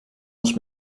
ons